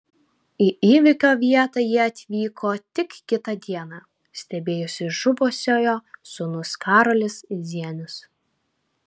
į įvykio vietą jie atvyko tik kitą dieną stebėjosi žuvusiojo sūnus karolis zienius